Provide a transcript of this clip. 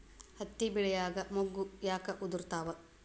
ಹತ್ತಿ ಬೆಳಿಯಾಗ ಮೊಗ್ಗು ಯಾಕ್ ಉದುರುತಾವ್?